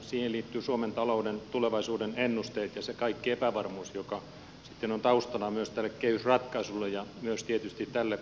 siihen liittyvät suomen talouden tulevaisuuden ennusteet ja se kaikki epävarmuus joka sitten on taustana myös tälle kehysratkaisulle ja myös tietysti tälle keskustelulle